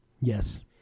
Yes